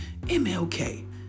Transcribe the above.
MLK